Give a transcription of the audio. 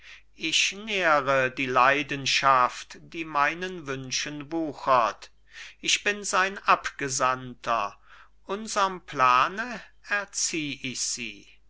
ich nähre die leidenschaft die meinen wünschen wuchert ich bin sein abgesandter unserm plane erzieh ich sie